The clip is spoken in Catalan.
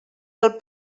del